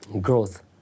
growth